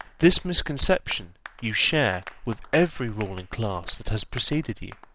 this misconception you share with every ruling class that has preceded you.